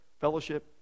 fellowship